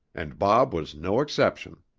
and bob was no exception.